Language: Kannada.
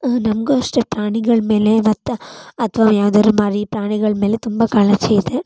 ನನಗೂ ಅಷ್ಟೆ ಪ್ರಾಣಿಗಳ ಮೇಲೆ ಮತ್ತ ಅಥವಾ ಯಾವುದಾದರೂ ಮರಿ ಪ್ರಾಣಿಗಳ ಮೇಲೆ ತುಂಬ ಕಾಳಜಿ ಇದೆ